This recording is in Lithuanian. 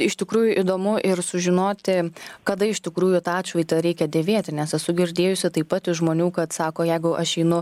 iš tikrųjų įdomu ir sužinoti kada iš tikrųjų tą atšvaitą reikia dėvėti nes esu girdėjusi taip pat iš žmonių kad sako jeigu aš einu